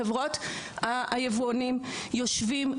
חברות היבואנים יושבים,